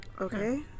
Okay